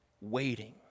waiting